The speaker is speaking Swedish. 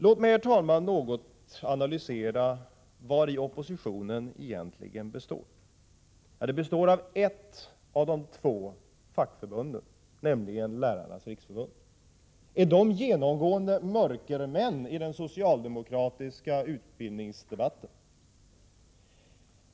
Låt mig, herr talman, något analysera vari oppositionen egentligen består. Den består av ett av de två fackförbunden, nämligen Lärarnas riksförbund. Är dess företrädare mörkermän enligt socialdemokratiskt sätt att se det?